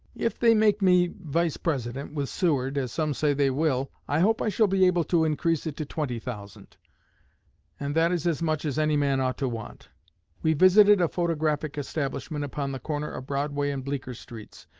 if they make me vice-president with seward, as some say they will, i hope i shall be able to increase it to twenty thousand and that is as much as any man ought to want we visited a photographic establishment upon the corner of broadway and bleeker streets,